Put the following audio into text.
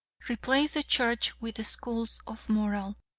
replace the church with schools of moral,